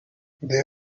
they